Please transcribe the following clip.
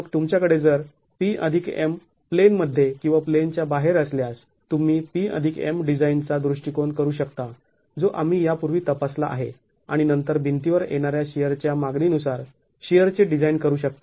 मग तुमच्याकडे जर PM प्लेनमध्ये किंवा प्लेनच्या बाहेर असल्यास तुम्ही PM डिझाईन चा दृष्टिकोन करू शकता जो आम्ही यापूर्वी तपासला आहे आणि नंतर भिंतीवर येणाऱ्या शिअर च्या मागणी नुसार शिअरचे डिझाईन करू शकता